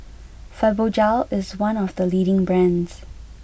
Fibogel is one of the leading brands